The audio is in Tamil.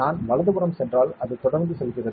நான் வலதுபுறம் சென்றால் அது தொடர்ந்து செல்கிறது